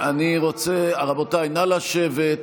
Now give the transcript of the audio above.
פעם אתה אומר לכל אזרחי ישראל שהם יכולים לקפוץ